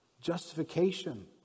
Justification